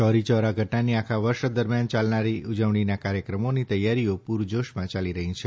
ચૌરી ચૌરા ઘટનાની આખા વર્ષ દરમિયાન યાલનારી ઉજવણીના કાર્યક્રમોની તૈયારીઓ પુર જોશમાં ચાલી રહી છે